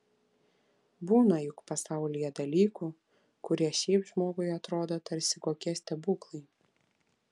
būna juk pasaulyje dalykų kurie šiaip žmogui atrodo tarsi kokie stebuklai